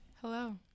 Hello